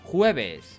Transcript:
Jueves